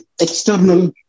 external